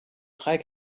drei